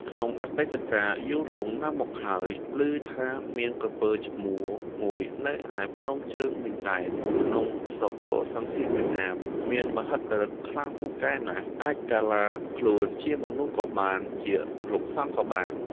ក្នុងអតីតកាលយូរលង់ណាស់មកហើយ ឮថាមាន ក្រពើឈ្មោល មួយនៅឯ ភ្នំជើងមីដែន ក្នុងស្រុកកូសាំងស៊ីន (វៀតណាម) មានមហិទ្ធិឫទ្ធិខ្លាំងពូកែណាស់ អាចកាឡាខ្លួនជាមនុស្សក៏បាន ជាលោកសង្ឃក៏បាន។